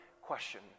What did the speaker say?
question